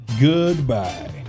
goodbye